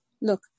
Look